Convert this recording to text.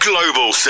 Global